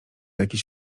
jakieś